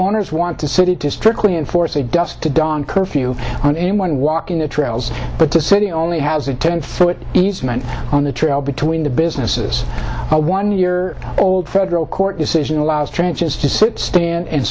owners want to city to strictly enforce a dusk to dawn curfew on anyone walking the trails but the city only has a ten foot easement on the trail between the businesses a one year old federal court decision allows trenches to sit stand and